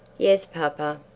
yes, papa.